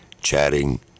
...chatting